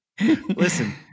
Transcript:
Listen